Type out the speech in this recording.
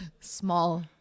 small